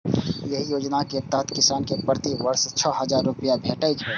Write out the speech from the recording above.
एहि योजना के तहत किसान कें प्रति वर्ष छह हजार रुपैया भेटै छै